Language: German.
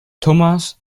thomas